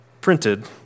printed